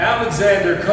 Alexander